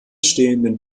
stehenden